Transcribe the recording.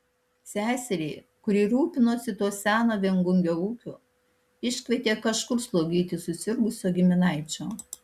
seserį kuri rūpinosi to seno viengungio ūkiu iškvietė kažkur slaugyti susirgusio giminaičio